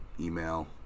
email